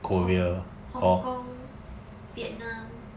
hong~ hong kong vietnam